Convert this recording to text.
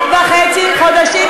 פעם אחת עד עכשיו.